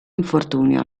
infortunio